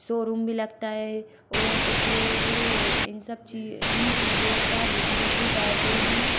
showroom में लगता है और कुछ लोग इन सब चीज़ इन चीज़ों का बिज़नेस भी करते हैं